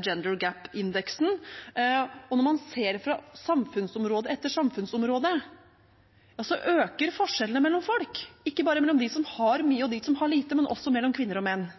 Gender Gap-indeksen, og når man ser på samfunnsområde etter samfunnsområde, øker forskjellene mellom folk, ikke bare mellom dem som har mye og dem som har lite, men også mellom kvinner og menn,